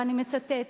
ואני מצטטת: